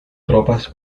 tropas